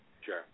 Sure